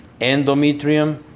endometrium